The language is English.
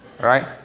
right